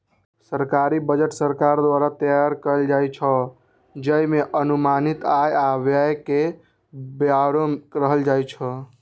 सरकारी बजट सरकार द्वारा तैयार कैल जाइ छै, जइमे अनुमानित आय आ व्यय के ब्यौरा रहै छै